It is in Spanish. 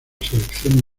selección